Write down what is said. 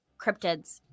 cryptids